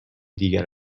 دیگر